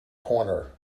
corner